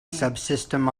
subsystem